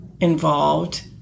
involved